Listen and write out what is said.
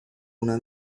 una